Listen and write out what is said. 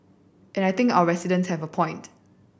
and I think our residents have a point